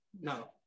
No